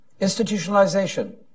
institutionalization